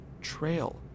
trail